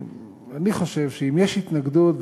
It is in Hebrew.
אני חושב שאם יש התנגדות,